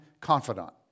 confidant